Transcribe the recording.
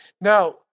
Now